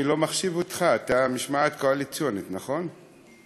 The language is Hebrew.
אני לא מחשיב אותך, אתה משמעת קואליציונית, נכון?